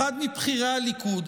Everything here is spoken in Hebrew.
אחד מבכירי הליכוד.